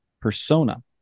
persona